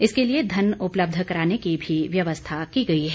इसके लिए धन उपलब्ध कराने की भी व्यवस्था की गई है